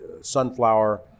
Sunflower